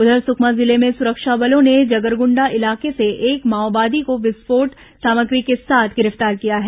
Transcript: उघर सुकमा जिले में सुरक्षा बलों ने जगरगुंडा इलाके से एक माओवादी को विस्फोट सामग्री के साथ गिरफ्तार किया है